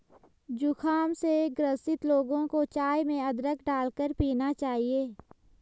जुखाम से ग्रसित लोगों को चाय में अदरक डालकर पीना चाहिए